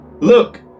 Look